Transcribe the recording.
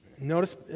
Notice